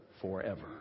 forever